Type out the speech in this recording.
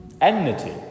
enmity